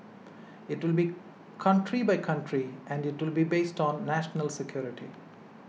it will be country by country and it will be based on national security